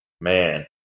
Man